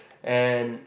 and